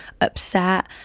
upset